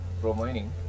Pro-mining